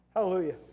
hallelujah